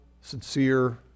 sincere